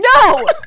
No